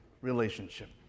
relationship